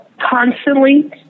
constantly